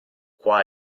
qua